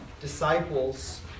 Disciples